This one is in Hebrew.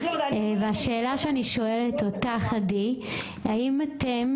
השאלה שאני שואלת אותך, עדי, היא: האם אתם